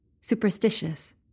Superstitious